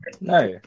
No